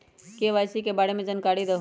KYC के बारे में जानकारी दहु?